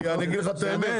כי אני אגיד לך את האמת,